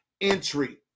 entry